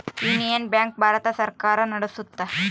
union bank Bharat ಸರ್ಕಾರ ನಡ್ಸುತ್ತ